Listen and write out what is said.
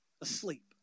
Asleep